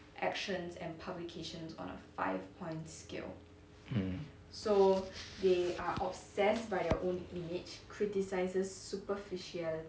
mm